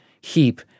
heap